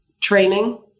training